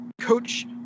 coach